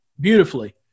beautifully